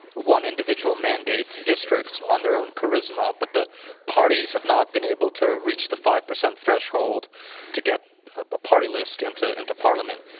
one individual mandates districts on their own charisma, but the parties have not been able to reach the five percent threshold to get a party list into into parliament.